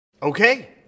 Okay